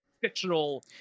fictional